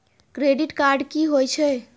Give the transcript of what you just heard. Credit card की होई छै?